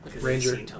Ranger